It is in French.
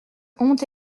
honte